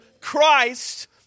Christ